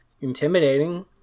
intimidating